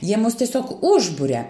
jie mus tiesiog užburia